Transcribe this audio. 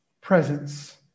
presence